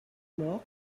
mort